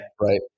right